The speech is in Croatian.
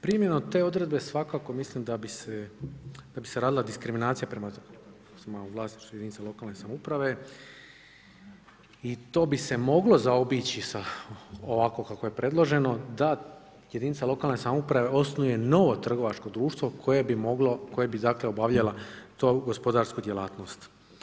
Primjenom te odredbe svakako mislim da bi se, da bi se radila diskriminacija prema u vlasništvu jedinica lokalne samouprave i to bi se moglo zaobići sa, ovako kako je predloženo da jedinica lokalne samouprave osnuje novo trgovačko društvo koje bi moglo, koje bi dakle obavljala tu gospodarstvu djelatnost.